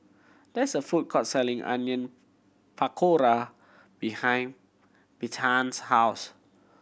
there is a food court selling Onion Pakora behind Bethann's house